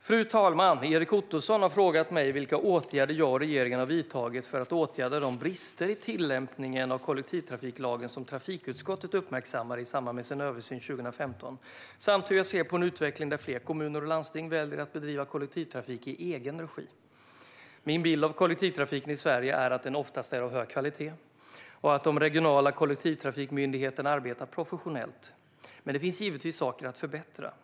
Fru talman! Erik Ottoson har frågat mig vilka åtgärder jag och regeringen har vidtagit för att åtgärda de brister i tillämpningen av kollektivtrafiklagen som trafikutskottet uppmärksammade i samband med sin översyn 2015 samt hur jag ser på en utveckling där fler kommuner och landsting väljer att bedriva kollektivtrafik i egen regi. Min bild av kollektivtrafiken i Sverige är att den oftast är av hög kvalitet och att de regionala kollektivtrafikmyndigheterna arbetar professionellt. Men det finns givetvis saker att förbättra.